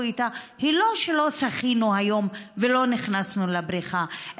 איתה היא לא: לא שחינו היום ולא נכנסנו לבריכה,